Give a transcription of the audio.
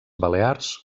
balears